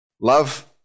Love